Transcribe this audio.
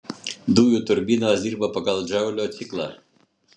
dujų turbinos dirba pagal džaulio ciklą